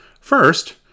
First